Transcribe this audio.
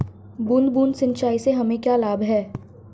बूंद बूंद सिंचाई से हमें क्या लाभ है?